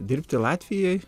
dirbti latvijoj